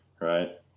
right